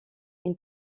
une